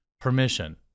permission